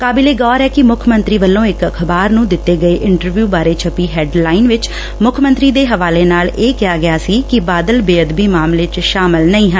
ਕਾਬਲੇ ਗੌਰ ਐ ਕਿ ਮੁੱਖ ਮੰਤਰੀ ਵੱਲੋਂ ਇਕ ਅਖ਼ਬਾਰ ਨੂੰ ਦਿੱਤੇ ਗਏ ਇੰਟਰਵਿਓ ਬਾਰੇ ਛੱਪੀ ਹੈੱਡ ਲਾਈਨ ਵਿਚ ਮੁੱਖ ਮੰਤਰੀ ਦੇ ਹਵਾਲੇ ਨਾਲ ਇਹ ਕਿਹਾ ਗਿਆ ਸੀ ਕਿ ਬਾਦਲ ਬੇਅਦਬੀ ਮਾਮਲੇ ਚ ਸ਼ਾਮਲ ਨਹੀਂ ਨੇ